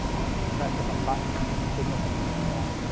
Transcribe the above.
a press of a button, a signal from the internet.